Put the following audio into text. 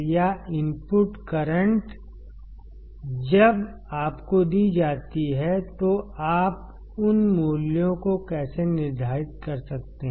या input current जब आपको दी जाती हैं तो आप उन मूल्यों को कैसे निर्धारित कर सकते हैं